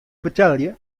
betelje